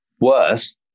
worse